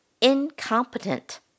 incompetent